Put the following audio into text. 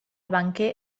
banquer